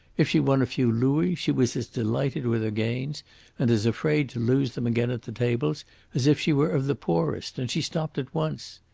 if she won a few louis, she was as delighted with her gains and as afraid to lose them again at the tables as if she were of the poorest, and she stopped at once.